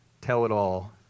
tell-it-all